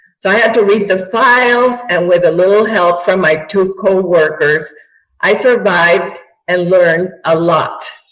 so i had to read the files and with a little help from my two co-workers i survived and learned a lot.